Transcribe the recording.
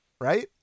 right